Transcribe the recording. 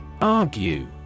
ARGUE